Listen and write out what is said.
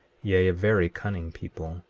yea, a very cunning people,